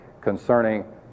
concerning